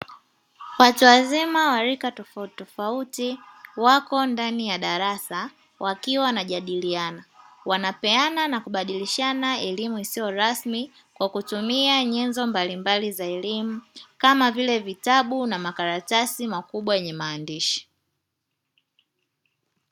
Watu wazima wa rika tofautitofauti wako ndani ya darasa wakiwa wanajadiliana wanapeana na kubadilishana elimu isiyo rasmi kwa kutumia nyenzo mbalimbali za elimu kamavile vitabu na makaratasi makubwa yenye maandishi.